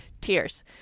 tears